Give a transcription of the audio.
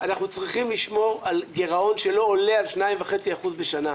אנחנו צריכים לשמור על גרעון שלא עולה על 2.5% בשנה.